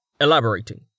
Elaborating